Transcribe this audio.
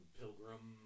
pilgrim